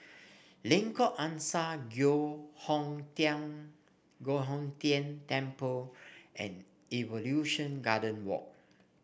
Lengkok Angsa Giok Hong Tian Giok Hong Tian Temple and Evolution Garden Walk